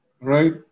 right